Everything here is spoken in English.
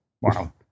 Wow